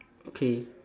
okay